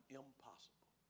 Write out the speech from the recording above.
impossible